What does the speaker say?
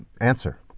answer